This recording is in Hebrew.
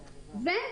כן,